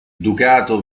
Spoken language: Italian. ducato